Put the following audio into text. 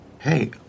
Hey